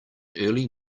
early